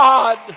God